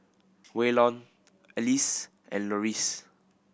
Waylon Alyse and Loris